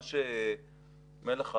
ממש מלח הארץ,